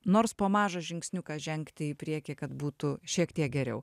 nors po mažą žingsniuką žengti į priekį kad būtų šiek tiek geriau